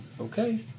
Okay